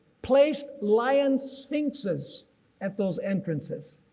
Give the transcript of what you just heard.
placed lion's sphinxes at those entrances.